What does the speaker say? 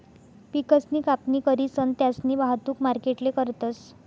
पिकसनी कापणी करीसन त्यास्नी वाहतुक मार्केटले करतस